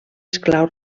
esclau